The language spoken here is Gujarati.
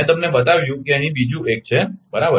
મેં તમને બતાવ્યું કે અહીં બીજું 1 છે બરાબર